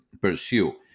pursue